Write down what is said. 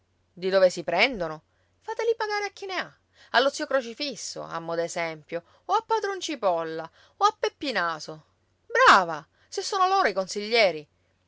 di dove si prendono fateli pagare a chi ne ha allo zio crocifisso a mo d'esempio o a padron cipolla o a peppi naso brava se sono loro i consiglieri